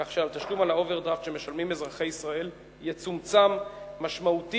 כך שהתשלום על האוברדרפט שמשלמים אזרחי ישראל יצומצם משמעותית,